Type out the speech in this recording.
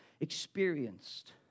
experienced